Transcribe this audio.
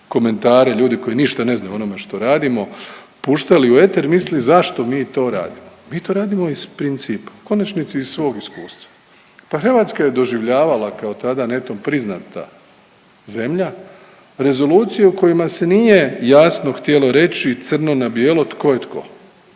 komentari ljudi koji ništa ne znaju o onome što radimo puštali u eter i mislili zašto mi to radimo. Mi to radimo iz principa u konačnici iz svog iskustva, pa Hrvatska je doživljavala kao tada netom priznata zemlja Rezoluciju u kojima se nije jasno htjelo reći crno na bijelo tko je tko.